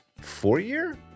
four-year